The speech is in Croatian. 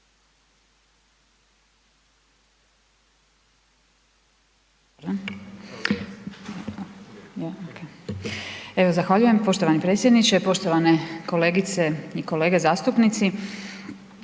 Zahvaljujem uvaženi potpredsjedniče. Poštovane kolegice i kolege zastupnici.